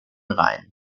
rhein